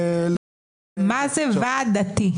מה זה ועד דתי?